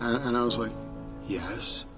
and i was like yes.